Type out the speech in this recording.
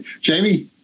Jamie